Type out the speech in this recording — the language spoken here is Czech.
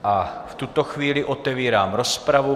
A v tuto chvíli otevírám rozpravu.